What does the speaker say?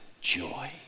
joy